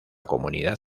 comunidad